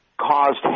caused